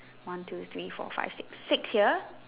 one two three four five six six here